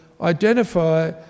identify